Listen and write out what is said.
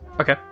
okay